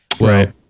Right